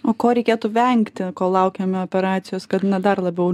o ko reikėtų vengti kol laukiame operacijos kad na dar labiau